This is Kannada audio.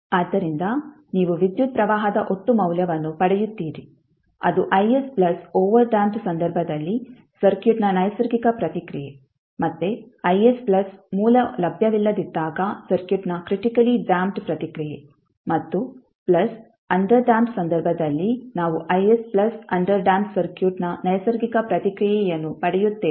ಆದ್ದರಿಂದ ನೀವು ವಿದ್ಯುತ್ ಪ್ರವಾಹದ ಒಟ್ಟು ಮೌಲ್ಯವನ್ನು ಪಡೆಯುತ್ತೀರಿ ಅದು Is ಪ್ಲಸ್ ಓವರ್ ಡ್ಯಾಂಪ್ಡ್ ಸಂದರ್ಭದಲ್ಲಿ ಸರ್ಕ್ಯೂಟ್ನ ನೈಸರ್ಗಿಕ ಪ್ರತಿಕ್ರಿಯೆ ಮತ್ತೆ Is ಪ್ಲಸ್ ಮೂಲ ಲಭ್ಯವಿಲ್ಲದಿದ್ದಾಗ ಸರ್ಕ್ಯೂಟ್ನ ಕ್ರಿಟಿಕಲಿ ಡ್ಯಾಂಪ್ಡ್ ಪ್ರತಿಕ್ರಿಯೆ ಮತ್ತು ಪ್ಲಸ್ ಅಂಡರ್ ಡ್ಯಾಂಪ್ಡ್ ಸಂದರ್ಭದಲ್ಲಿ ನಾವು Is plus under damped circuit ನ ನೈಸರ್ಗಿಕ ಪ್ರತಿಕ್ರಿಯೆಯನ್ನು ಪಡೆಯುತ್ತೇವೆ